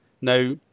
Now